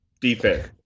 defense